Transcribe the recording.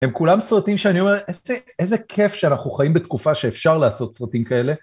הם כולם סרטים שאני אומר, איזה כיף שאנחנו חיים בתקופה שאפשר לעשות סרטים כאלה.